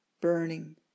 burning